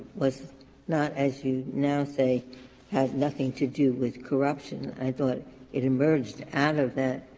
was not as you now say had nothing to do with corruption. i thought it emerged out of that,